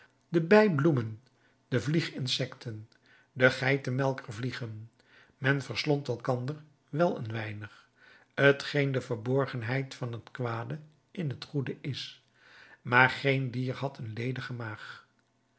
de bij bloemen de vlieg insecten de geitenmelker vliegen men verslond elkander wel een weinig t geen de verborgenheid van het kwade in het goede is maar geen dier had een ledige